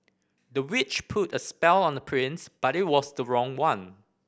the witch put a spell on the prince but it was the wrong one